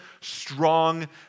strong